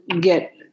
get